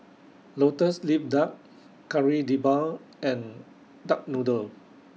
Lotus Leaf Duck Kari Debal and Duck Noodle